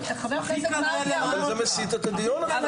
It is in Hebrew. חבר הכנסת מרגי אמר --- אבל זה מסיט את הדיון עכשיו,